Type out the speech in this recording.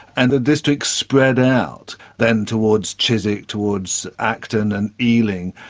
and the district spread out then towards chiswick, towards acton and ealing,